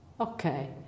Okay